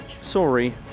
Sorry